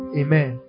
amen